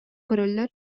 көрөллөр